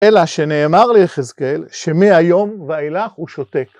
‫אלא שנאמר ליחזקאל ‫שמהיום ואילך הוא שותק.